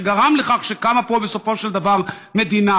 שגרם לכך שקמה פה בסופו של דבר מדינה.